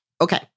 Okay